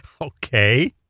Okay